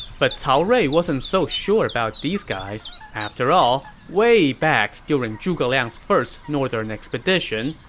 but cao rui wasn't so sure about these guys. after all, way back during zhuge liang's first northern expedition,